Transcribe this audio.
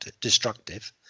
destructive